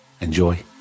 Enjoy